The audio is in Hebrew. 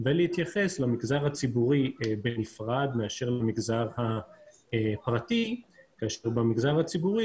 ולהתייחס למגזר הציבורי בנפרד מאשר למגזר הפרטי כאשר במגזר הציבורי,